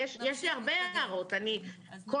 יש לי הרבה הערות, כל